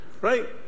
Right